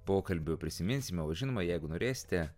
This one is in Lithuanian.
pokalbių prisiminsime o žinoma jeigu norėsite